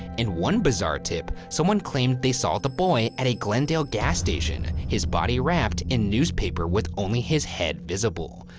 and one bizarre tip, someone claimed they saw the boy at a glendale gas station, his body wrapped in newspaper with only his head visible.